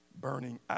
burning